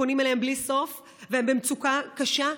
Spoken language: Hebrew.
פונים אליהם בלי סוף, והם במצוקה קשה.